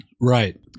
Right